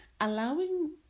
Allowing